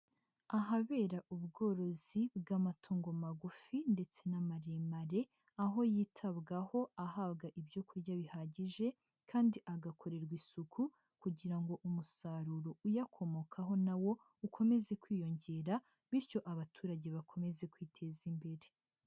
Ahabera ubworozi bw'amatongo magufi ndetse n'amaremare, aho yitabwaho ahabwa ibyo kurya bihagije kandi agakorerwa isuku kugira ngo umusaruro uyakomokaho nawo ukomeze kwiyongera bityo abaturage bakomeze kwiteza imbere.